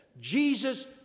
Jesus